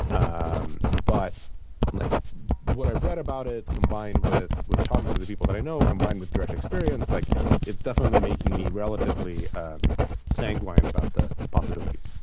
um but like what i've read about it combined with with talking to the people that i know, combined with direct experience, like it's definitely making me relatively sanguine about the the possibilities.